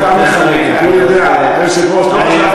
רק אתה מחלק, אני יודע, היושב-ראש.